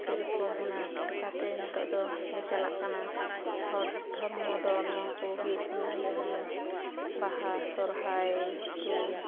ᱥᱮᱨᱚᱠᱚᱢ ᱚᱱᱟ ᱞᱮᱠᱟᱛᱮ ᱱᱤᱛᱚᱜᱫᱚ ᱪᱟᱞᱟᱜ ᱠᱟᱱᱟ ᱦᱚᱲ ᱫᱷᱚᱨᱢᱚᱫᱚ ᱱᱚᱣᱟᱠᱚ ᱦᱩᱭᱩᱜ ᱠᱟᱱᱟ ᱡᱮᱢᱚᱱ ᱵᱟᱦᱟ ᱥᱚᱦᱚᱨᱟᱭᱠᱚ